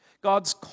God's